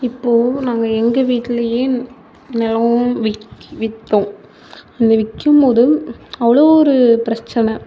இப்போது நாங்கள் எங்கள் வீட்லேயே நிலம் விக் விற்றோம் அதை விற்கும் போது அவ்வளோ ஒரு பிரச்சின